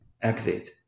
exit